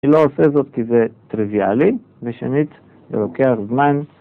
אני לא עושה זאת כי זה טריוויאלי, ושנית, זה לוקח זמן